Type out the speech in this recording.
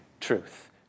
truth